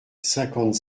cinquante